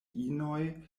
inoj